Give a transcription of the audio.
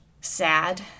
sad